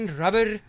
rubber